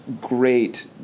great